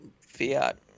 Fiat